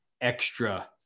extra